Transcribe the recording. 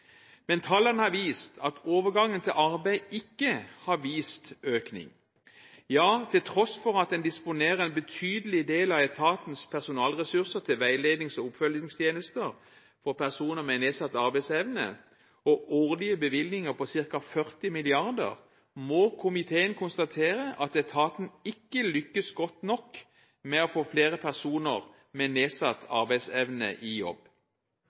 Men tallene har vist at overgangen til arbeid ikke har ført til økning. Til tross for at en disponerer en betydelig del av etatens personalressurser til veilednings- og oppfølgingstjenester for personer med nedsatt arbeidsevne, og årlige bevilgninger på ca. 40 mrd. kr, må komiteen konstatere at etaten ikke lykkes godt nok med å få flere personer med nedsatt arbeidsevne i jobb.